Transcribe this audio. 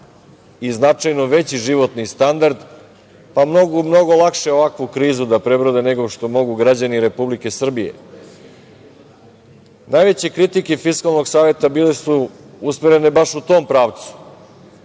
i značajno veći životni standard, pa mogu mnogo laške ovakvu krizu da prebrode nego što mogu građani Republike Srbije. Najveće kritike Fiskalnog saveta bile su usmerene baš u tom pravcu.